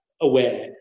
aware